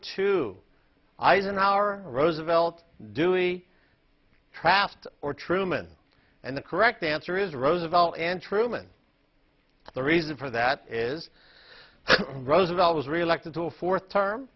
two eisenhower roosevelt dewey trast or truman and the correct answer is roosevelt and truman the reason for that is roosevelt was reelected to a fourth term